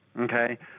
Okay